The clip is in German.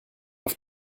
auf